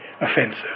offensive